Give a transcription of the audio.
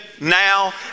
now